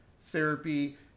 therapy